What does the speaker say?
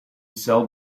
cell